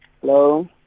Hello